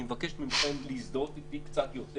אני מבקש מכם להזדהות אתי קצת יותר